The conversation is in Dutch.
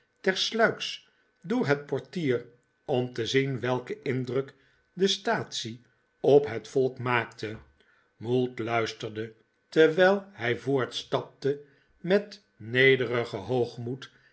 tersluiks door het portier om te zien welken indruk de staatsie op het volk maakte mould luisterde terwijl hij voortstapte met nederigen hoogmoed